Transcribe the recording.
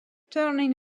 turning